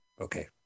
Okay